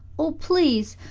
oh, please,